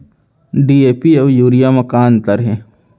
DAP अऊ urea म का अंतर हे?